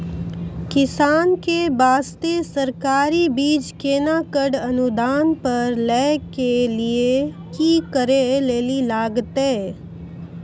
किसान के बास्ते सरकारी बीज केना कऽ अनुदान पर लै के लिए की करै लेली लागतै?